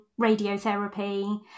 radiotherapy